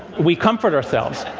we comfort ourselves.